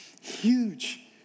huge